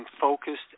focused